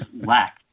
lack